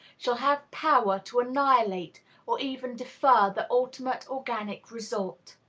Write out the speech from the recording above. shall have power to annihilate or even defer the ultimate organic result?